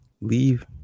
leave